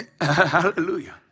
Hallelujah